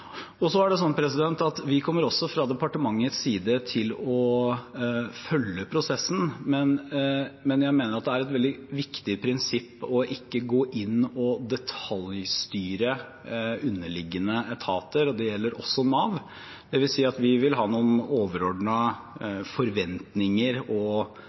Vi kommer også fra departementets side til å følge prosessen, men jeg mener det er et veldig viktig prinsipp å ikke gå inn og detaljstyre underliggende etater. Det gjelder også Nav. Det vil si at vi vil ha noen overordnede forventninger og